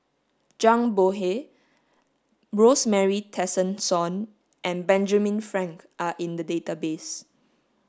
Zhang Bohe Rosemary Tessensohn and Benjamin Frank are in the database